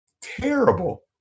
terrible